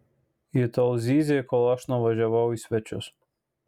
ji tol zyzė kol aš nuvažiavau į svečius